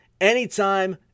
anytime